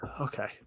okay